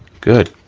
good,